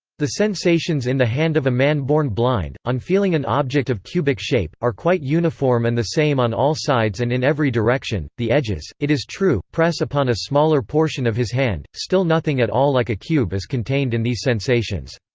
the sensations in the hand of a man born blind, on feeling an object of cubic shape, are quite uniform and the same on all sides and in every direction the edges, it is true, press upon a smaller portion of his hand, still nothing at all like a cube is contained in these sensations.